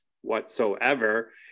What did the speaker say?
whatsoever